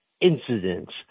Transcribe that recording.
incidents